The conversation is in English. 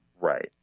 Right